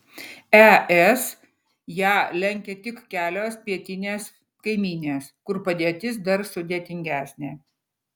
es ją lenkia tik kelios pietinės kaimynės kur padėtis dar sudėtingesnė